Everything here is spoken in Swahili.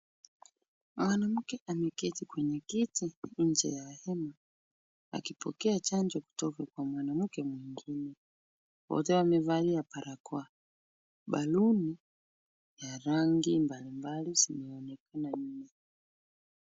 Mwanamke ameketi kwenye kiti nje ya hema akipokea chanjo kutoka kwa mwanamke mwingine. Wote wamevalia barakoa. Baloon ya rangi mbalimbali zinaonekana nyuma.